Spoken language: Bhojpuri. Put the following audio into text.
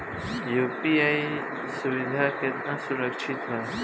यू.पी.आई सुविधा केतना सुरक्षित ह?